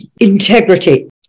integrity